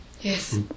Yes